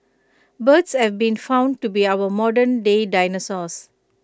birds have been found to be our modernday dinosaurs